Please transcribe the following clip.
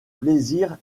plaisirs